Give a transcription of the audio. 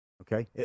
Okay